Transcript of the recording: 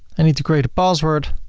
i need to create a password